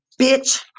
bitch